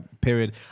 period